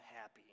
happy